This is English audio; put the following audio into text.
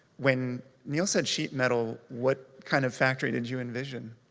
when neil said sheet metal, what kind of factory did you envision?